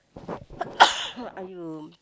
are you